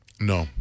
No